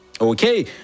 Okay